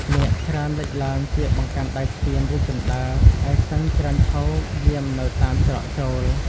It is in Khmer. នាគច្រើនលេចឡើងជាបង្កាន់ដៃស្ពាន ឬជណ្តើរ ឯសិង្ហច្រើនឈរយាមនៅតាមច្រកចូល។